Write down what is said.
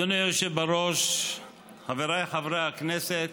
אדוני היושב בראש, חבריי חברי הכנסת,